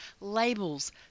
labels